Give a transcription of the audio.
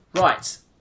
Right